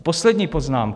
A poslední poznámka.